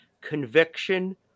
conviction